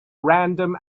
random